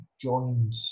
joined